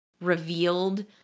revealed